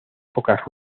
pocas